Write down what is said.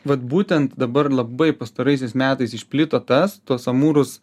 vat būtent dabar labai pastaraisiais metais išplito tas tuos amūrus